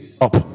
up